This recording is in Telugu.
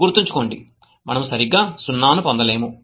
గుర్తుంచుకోండి మనము సరిగ్గా 0 ను పొందలేము